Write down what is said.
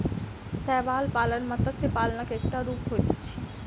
शैवाल पालन मत्स्य पालनक एकटा रूप होइत अछि